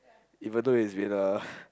even though it's been a